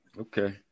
Okay